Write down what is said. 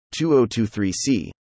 2023C